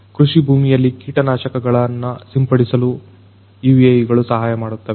ಕೃಷಿ ಭೂಮಿಯಲ್ಲಿ ಕೀಟನಾಶಕಗಳನ್ನು ಸಿಂಪಡಿಸಲು UAVಗಳು ಸಹಾಯಮಾಡುತ್ತವೆ